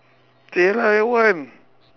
say lah your one